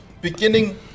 beginning